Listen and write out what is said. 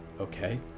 Okay